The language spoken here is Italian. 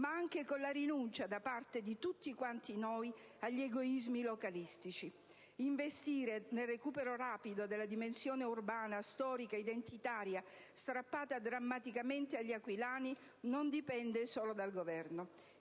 ma anche con la rinuncia da parte di tutti noi agli egoismi localistici. Investire nel recupero rapido della dimensione urbana, storica e identitaria strappata drammaticamente agli aquilani non dipende solo dal Governo.